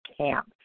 Camp